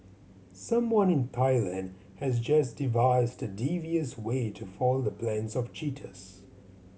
someone in Thailand has just devised a devious way to foil the plans of cheaters